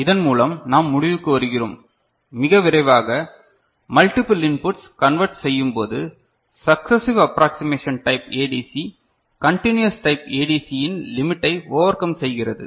இதன் மூலம் நாம் முடிவுக்கு வருகிறோம் மிக விரைவாக மல்டிபில் இன்புட்ஸ் கன்வர்ட் செய்யும்போது successive approximation type ADC continuous type ADC யின் லிமிட்டை ஓவர் கம் செய்கிறது